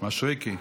משריקי.